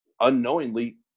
unknowingly